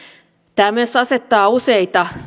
tämä myös asettaa useita